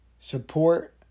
support